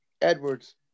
Edwards